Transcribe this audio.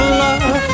love